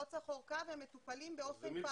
לא צריך אורכה והם מטופלים באופן פרטני.